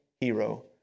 hero